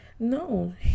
No